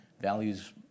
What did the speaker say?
values